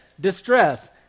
distress